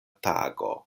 tago